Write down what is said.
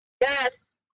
Yes